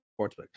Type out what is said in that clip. sportsbook